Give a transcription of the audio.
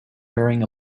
wearing